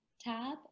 tab